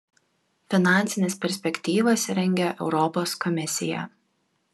finansines perspektyvas rengia europos komisija